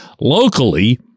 locally